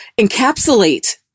encapsulate